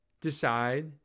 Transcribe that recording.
decide